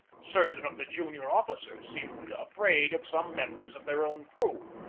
certain of the junior officers seemed afraid of some members of their own crew.